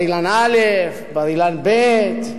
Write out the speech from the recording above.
בר-אילן א', בר-אילן ב'.